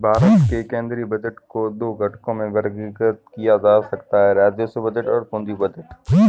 भारत के केंद्रीय बजट को दो घटकों में वर्गीकृत किया जा सकता है राजस्व बजट और पूंजी बजट